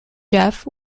jeff